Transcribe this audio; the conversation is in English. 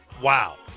wow